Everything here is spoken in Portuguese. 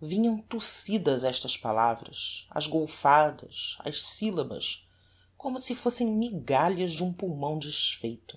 vinham tossidas estas palavras ás golfadas ás syllabas como se fossem migalhas de um pulmão desfeito